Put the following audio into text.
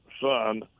son